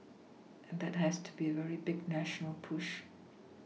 and that has to be a very big national push